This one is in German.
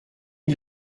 die